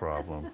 problem